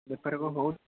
ବେପାର କ'ଣ ହେଉନି